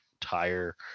tire